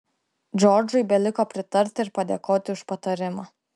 džordžui beliko pritarti ir padėkoti už patarimą